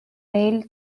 mail